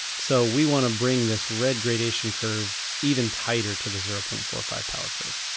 so we want to bring this red gradation curve even tighter to the zero point four five power curve.